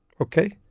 okay